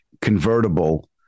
convertible